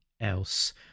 else